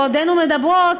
בעודנו מדברות,